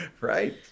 right